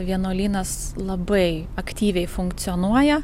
vienuolynas labai aktyviai funkcionuoja